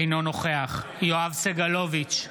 אינו נוכח יואב סגלוביץ'